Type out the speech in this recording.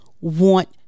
want